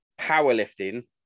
powerlifting